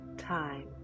time